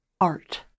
art